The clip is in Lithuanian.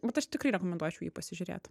bet aš tikrai rekomenduočiau jį pasižiūrėt